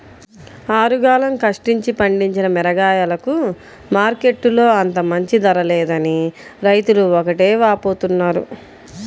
ఆరుగాలం కష్టపడి పండించిన మిరగాయలకు మార్కెట్టులో అంత మంచి ధర లేదని రైతులు ఒకటే వాపోతున్నారు